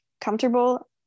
comfortable